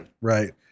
Right